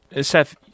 Seth